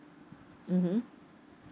mmhmm